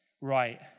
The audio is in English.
right